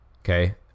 Okay